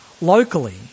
locally